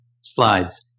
slides